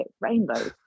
rainbows